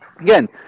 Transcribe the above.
again